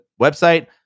website